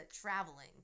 traveling